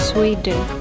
Sweden